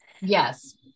Yes